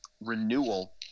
renewal